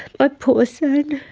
but poor son.